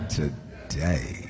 today